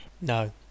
No